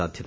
സാധ്യത